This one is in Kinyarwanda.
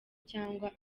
cyangwa